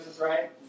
right